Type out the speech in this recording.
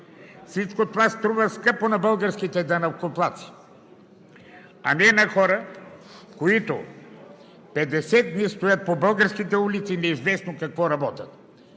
Всичко това струва скъпо на българските данъкоплатци, а не на хора, които 50 дни стоят по българските улици, неизвестно какво работят.